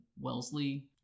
Wellesley